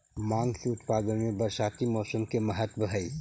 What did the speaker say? भाँग के उत्पादन में बरसाती मौसम के महत्त्व हई